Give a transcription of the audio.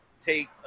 take